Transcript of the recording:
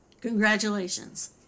Congratulations